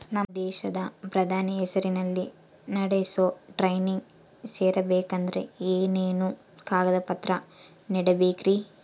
ನಮ್ಮ ದೇಶದ ಪ್ರಧಾನಿ ಹೆಸರಲ್ಲಿ ನಡೆಸೋ ಟ್ರೈನಿಂಗ್ ಸೇರಬೇಕಂದರೆ ಏನೇನು ಕಾಗದ ಪತ್ರ ನೇಡಬೇಕ್ರಿ?